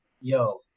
Yo